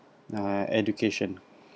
uh education